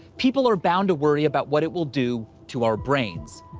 people are bound to worry about what it will do to our brains,